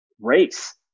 race